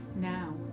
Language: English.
Now